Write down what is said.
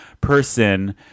person